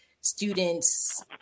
students